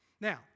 Now